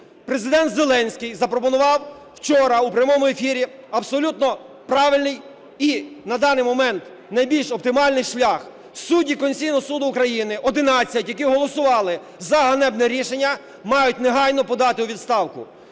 Президент Зеленський запропонував вчора у прямому ефірі абсолютно правильний і на даний момент найбільш оптимальний шлях: судді Конституційного Суду України – 11, які голосували за ганебне рішення, мають негайно подати у відставку.